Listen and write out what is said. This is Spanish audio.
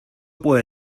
puede